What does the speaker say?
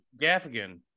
Gaffigan